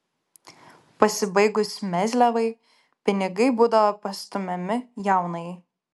pasibaigus mezliavai pinigai būdavo pastumiami jaunajai